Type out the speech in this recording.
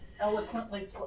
Eloquently